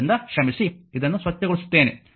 ಆದ್ದರಿಂದ ಕ್ಷಮಿಸಿ ಇದನ್ನು ಸ್ವಚ್ಛಗೊಳಿಸುತ್ತೇನೆ